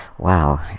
Wow